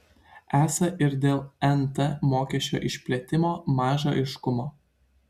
esą ir dėl nt mokesčio išplėtimo maža aiškumo